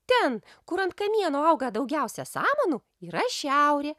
ten kur ant kamieno auga daugiausia samanų yra šiaurė